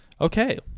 Okay